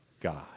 God